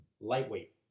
lightweight